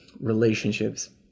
Relationships